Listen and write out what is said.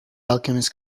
alchemist